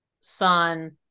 son